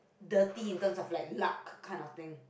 dirty in terms of like luck kinds of thing